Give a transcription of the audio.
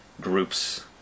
groups